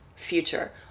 Future